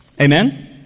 amen